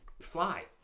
Fly